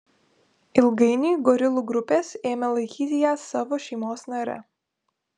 ilgainiui gorilų grupės ėmė laikyti ją savo šeimos nare